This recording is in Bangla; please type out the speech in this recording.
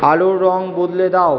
আলোর রঙ বদলে দাও